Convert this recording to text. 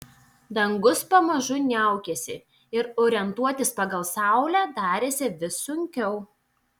dangus pamažu niaukėsi ir orientuotis pagal saulę darėsi vis sunkiau